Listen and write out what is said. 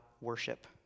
worship